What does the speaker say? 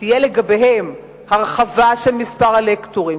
תהיה הרחבה של מספר הלקטורים,